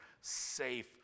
safe